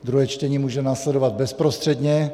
Druhé čtení může následovat bezprostředně.